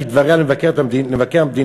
כדבריה למבקר המדינה,